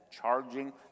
charging